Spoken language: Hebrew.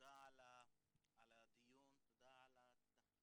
תודה על הדיון, תודה על התחקיר.